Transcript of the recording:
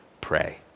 pray